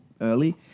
early